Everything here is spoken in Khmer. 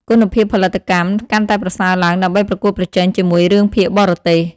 គុណភាពផលិតកម្ម កាន់តែប្រសើរឡើងដើម្បីប្រកួតប្រជែងជាមួយរឿងភាគបរទេស។